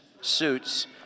suits